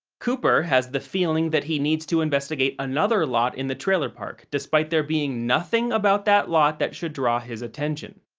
cooper has the feeling that he needs to investigate another lot in the trailer park despite there being nothing about that lot that should draw his attention.